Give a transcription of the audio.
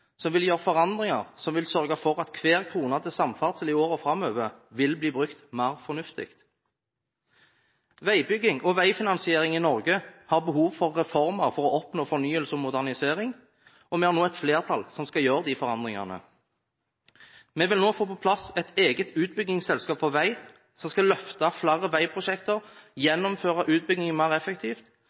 som vil gjøre forandringer som vil sørge for at hver krone til samferdsel i årene framover vil bli brukt mer fornuftig. Veibygging og veifinansiering i Norge har behov for reformer for å oppnå fornyelse og modernisering, og vi har nå et flertall som vil gjøre disse forandringene. Vi vil nå få på plass et eget utbyggingsselskap for vei som skal løfte flere veiprosjekter og gjennomføre utbyggingen mer effektivt.